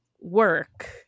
work